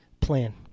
plan